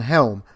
Helm